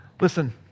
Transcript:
Listen